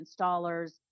installers